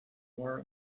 more